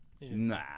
Nah